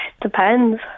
Depends